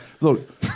look